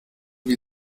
wie